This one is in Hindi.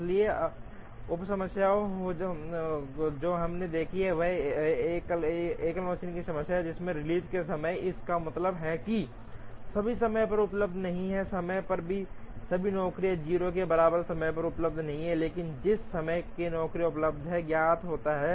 इसलिए उप समस्या जो हम देखेंगे वह एकल मशीन की समस्या है जिसमें रिलीज के समय इसका मतलब है कि सभी समय पर उपलब्ध नहीं हैं समय पर सभी नौकरियां 0 के बराबर समय पर उपलब्ध नहीं हैं लेकिन जिस समय में नौकरियां उपलब्ध हैं ज्ञात होता है